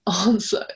answer